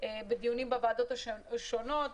בדיונים בוועדות השונות,